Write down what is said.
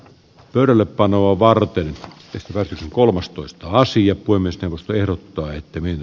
pöydällepanoa varten pistepörssin kolmastoista sija voimistelusta ehdottaa että minä